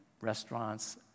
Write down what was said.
restaurants